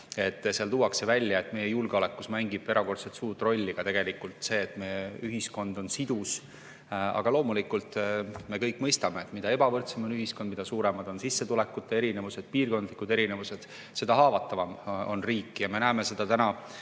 Seal tuuakse välja, et meie julgeolekus mängib erakordselt suurt rolli ka see, et meie ühiskond oleks sidus. Loomulikult me kõik mõistame, et mida ebavõrdsem on ühiskond, mida suuremad on sissetulekute erinevused, piirkondlikud erinevused, seda haavatavam on riik. Me näeme seda